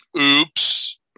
Oops